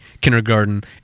kindergarten